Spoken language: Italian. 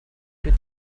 più